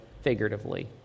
figuratively